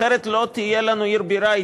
אחרת לא תהיה לנו עיר בירה.